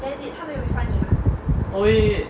oh wait wait